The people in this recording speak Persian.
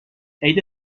عید